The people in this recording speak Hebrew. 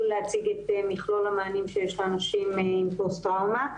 להציג את מכלול המענים שיש לאנשים עם פוסט-טראומה.